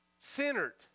centered